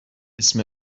اسم